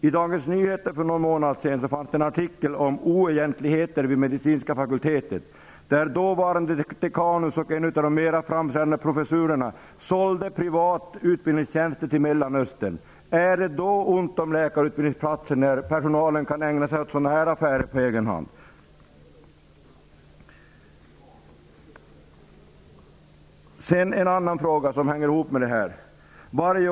I Dagens Nyheter för någon månad sedan fanns det dock en artikel om oegentligheter vid medicinska fakulteten. Dåvarande dekanus och en av de mera framträdande professorerna sålde där utbildningstjänster privat till Mellanöstern. Är det ont om läkarutbildningsplatser när personalen kan ägna sig åt sådana här affärer på egen hand? En fråga som hänger ihop med detta är följande.